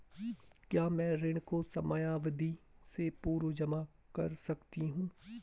क्या मैं ऋण को समयावधि से पूर्व जमा कर सकती हूँ?